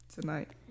tonight